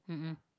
mmhmm